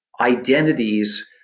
identities